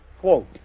quote